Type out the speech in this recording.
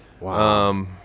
Wow